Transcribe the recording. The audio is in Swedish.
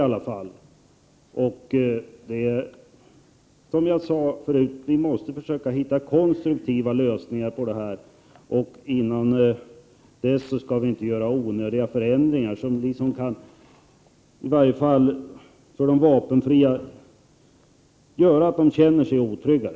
Som jag sade förut måste vi försöka hitta konstruktiva lösningar på detta. Innan dess skall vi inte göra onödiga förändringar, som i varje fall kan medföra att de som önskar vapenfri tjänst känner sig otryggare.